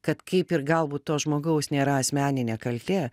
kad kaip ir galbūt to žmogaus nėra asmeninė kaltė